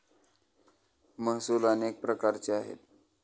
महसूल अनेक प्रकारचे आहेत